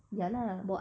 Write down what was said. ya lah